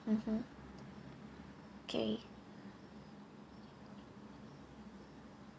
mmhmm okay